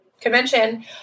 convention